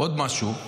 עוד משהו,